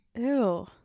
ew